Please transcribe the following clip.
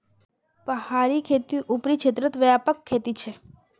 पहाड़ी खेती ऊपरी क्षेत्रत व्यापक खेती छे